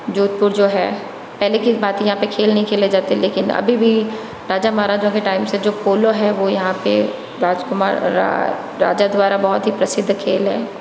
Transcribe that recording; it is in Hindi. जोधपुर जो है पहले की भांति यहाँ पर खेल नहीं खेले जाते लेकिन अभी भी राजा महराजाओं के टाइम से जो पोलो है वो यहाँ पर राजकुमार राजा द्वारा बहुत ही प्रसिद्ध खेल है